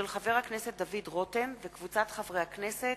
של חבר הכנסת דוד רותם וקבוצת חברי הכנסת,